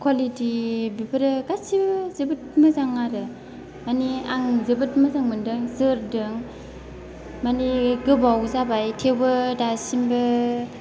quality बेफोरो गासैबो जोबोर मोजां आरो माने आं जोबोर मोजां मोनदों जोरदों माने गोबाव जाबाय थेवबो दासिमबो